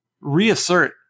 reassert